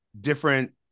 different